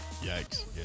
Yikes